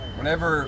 Whenever